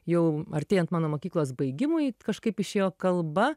jau artėjant mano mokyklos baigimui kažkaip išėjo kalba